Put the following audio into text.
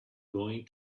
going